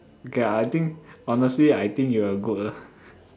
okay ah I think honestly I think you're goat ah